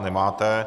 Nemáte.